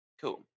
Cool